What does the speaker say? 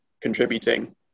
contributing